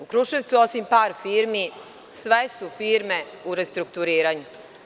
U Kruševcu, osim par firmi, sve su firme u restrukturiranju.